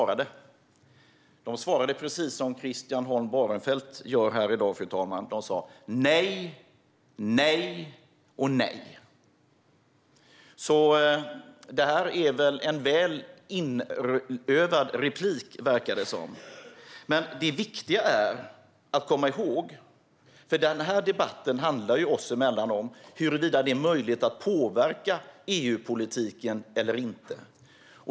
Regeringen svarade precis som Christian Holm Barenfeld gör här i dag, fru talman: Den sa nej, nej och nej. Det verkar vara en väl inövad replik. Denna debatt oss emellan handlar om huruvida det är möjligt att påverka EU-politiken eller inte.